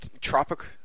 Tropic